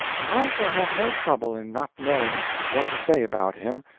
and i shall have no trouble in not knowing what to say about him,